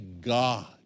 God